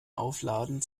aufladen